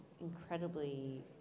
incredibly